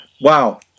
wow